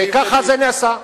וככה זה נעשה.